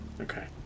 Okay